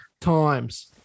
times